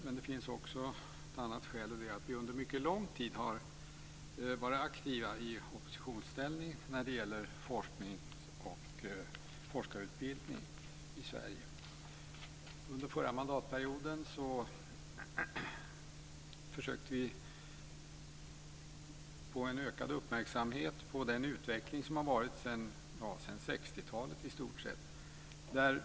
Men det finns också ett annat skäl, och det är att vi under mycket lång tid har varit aktiva i oppositionsställning när det gäller forskning och forskarutbildning i Sverige. Under förra mandatperioden försökte vi få en ökad uppmärksamhet på den utveckling som i stort sett har varit sedan 60-talet.